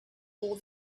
all